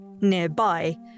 nearby